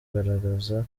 kugaragaza